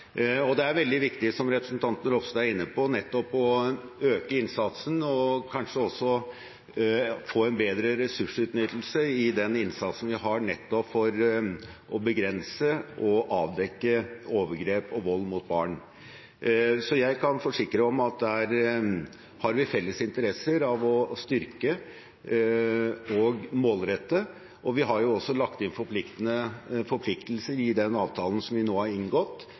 vedtar. Det er veldig viktig, som representanten Ropstad er inne på, å øke innsatsen og kanskje også få en bedre ressursutnyttelse i den innsatsen vi har, nettopp for å begrense og avdekke overgrep og vold mot barn. Så jeg kan forsikre om at der har vi felles interesse av å styrke og målrette tiltak, og vi har også lagt inn forpliktelser i den avtalen som vi nå har inngått,